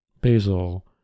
Basil